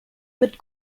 mit